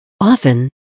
Often